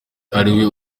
ariwe